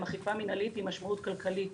הם אכיפה מנהלית עם משמעות כלכלית.